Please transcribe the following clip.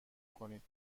کنید